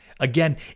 Again